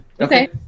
Okay